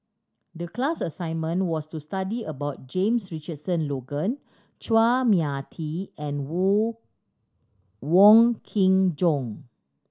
the class assignment was to study about James Richardson Logan Chua Mia Tee and Wong Kin Jong